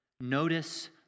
Notice